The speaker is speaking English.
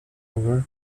over